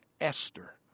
Esther